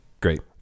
Great